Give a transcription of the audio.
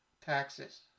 taxes